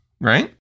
right